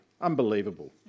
unbelievable